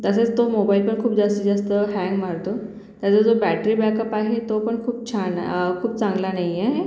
तसेच तो मोबाईल पण खूप जास्तीत जास्त हँग मारतो त्याचा जो बॅटरी बॅकअप आहे तो पण खूप छान आ खूप चांगला नाही आहे